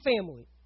family